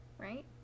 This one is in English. right